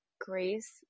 grace